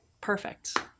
perfect